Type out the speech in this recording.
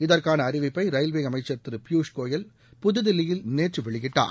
இதற்கான அறிவிப்பை ரயில்வே அமைச்சர் திரு பியூஷ் கோயல் புதுதில்லியில் நேற்று வெளியிட்டார்